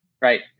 right